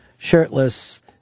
shirtless